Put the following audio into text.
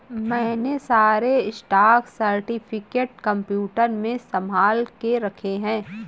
मैंने सारे stock certificate computer में संभाल के रखे हैं